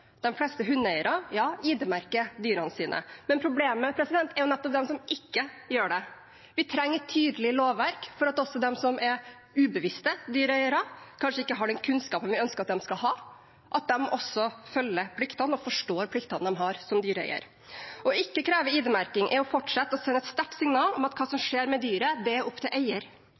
dyrene sine, men problemet er jo nettopp de som ikke gjør det. Vi trenger et tydelig lovverk for at også de som er ubevisste dyreeiere, som kanskje ikke har den kunnskapen vi ønsker at de skal ha, også følger pliktene og forstår pliktene de har som dyreeier. Å ikke kreve ID-merking er å fortsette å sende et sterkt signal om at hva som skjer med dyret, er opp til eier,